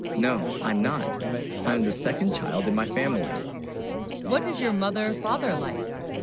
no i'm not i'm the second child in my family what is your mother father like?